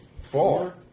Four